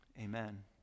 Amen